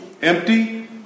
Empty